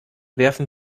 werfen